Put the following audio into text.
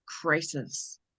crisis